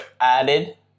added